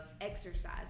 exercise